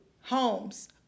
homes